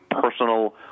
personal